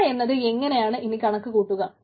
പിഴ എന്നത് എങ്ങനെയാണ് ഇനി കണക്കുകൂട്ടുക